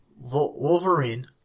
Wolverine